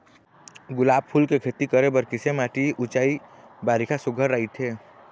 गुलाब फूल के खेती करे बर किसे माटी ऊंचाई बारिखा सुघ्घर राइथे?